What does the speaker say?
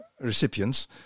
recipients